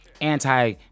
anti